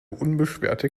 unbeschwerte